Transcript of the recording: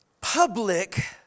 Public